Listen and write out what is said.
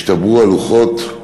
השתברו הלוחות,